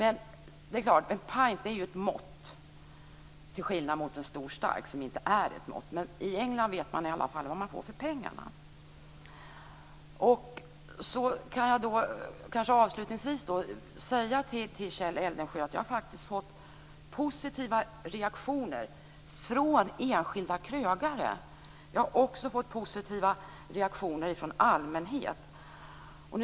En pint är ju ett mått, till skillnad från en stor stark, som inte är ett mått. Men i England vet man i alla fall vad man får för pengarna. Avslutningsvis kan jag säga till Kjell Eldensjö att jag faktiskt har fått positiva reaktioner från enskilda krögare. Jag har också fått positiva reaktioner från allmänheten.